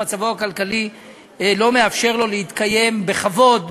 או שמצבו הכלכלי לא מאפשר לו להתקיים בכבוד.